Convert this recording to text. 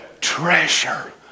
treasure